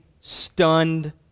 stunned